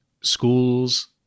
schools